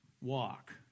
walk